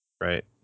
Right